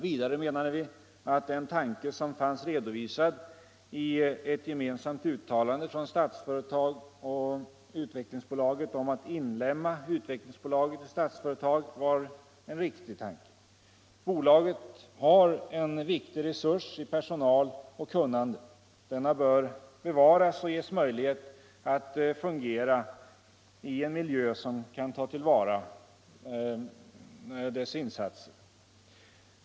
Vidare menade vi att den tanke som fanns redovisad i ett gemensamt uttalande från Statsföretag och Utvecklingsaktiebolaget om att inlemma Utvecklingsaktiebolaget i Statsföretag var riktig. Bolaget har en viktig resurs j personal och kunnande. Denna bör bevaras och ges möjlighet att fungera i en miljö som kan ta till vara dess insatser.